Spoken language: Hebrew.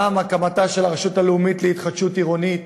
גם הקמתה של הרשות הלאומית להתחדשות עירונית,